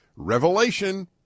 Revelation